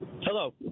Hello